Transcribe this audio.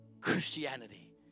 Christianity